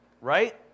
right